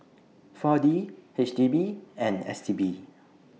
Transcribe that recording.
four D H D B and S T B